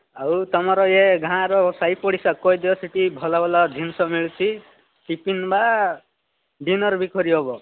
ଆଉ ତମର ଇଏ ଗାଁର ସାଇପଡ଼ିଶା କହିଦିଅ ସେଇଠି ଭଲ ଭଲ ଜିନିଷ ମିଳୁଛି ଟିଫିନ୍ ବା ଡିନର୍ ବି କରିହେବ